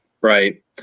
right